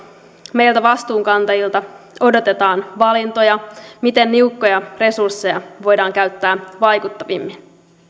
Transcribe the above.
meiltä vastuunkantajilta odotetaan valintoja miten niukkoja resursseja voidaan käyttää vaikuttavimmin